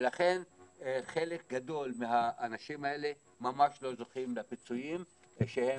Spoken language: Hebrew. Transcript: ולכן חלק גדול מהאנשים האלה לא זוכים לפיצויים שהם